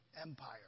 Empire